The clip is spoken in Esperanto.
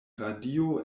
radio